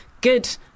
good